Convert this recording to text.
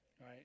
Right